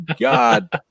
god